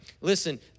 listen